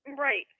Right